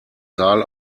saal